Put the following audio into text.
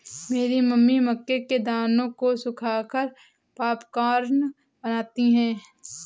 मेरी मम्मी मक्के के दानों को सुखाकर पॉपकॉर्न बनाती हैं